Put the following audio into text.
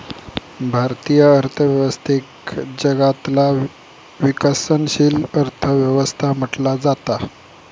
भारतीय अर्थव्यवस्थेक जगातला विकसनशील अर्थ व्यवस्था म्हटला जाता